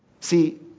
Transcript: See